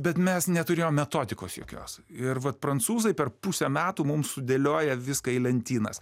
bet mes neturėjom metodikos jokios ir vat prancūzai per pusę metų mum sudėlioja viską į lentynas